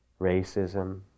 racism